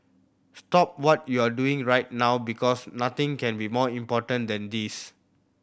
stop what you're doing right now because nothing can be more important than this